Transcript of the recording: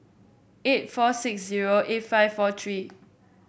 eight four six zero eight five four three